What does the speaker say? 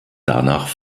danach